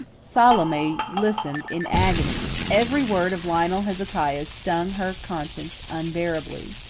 salome listened in agony. every word of lionel hezekiah's stung her conscience unbearably.